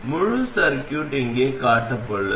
முழு சர்கியூட் இங்கே காட்டப்பட்டுள்ளது